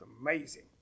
amazing